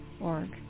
org